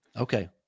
okay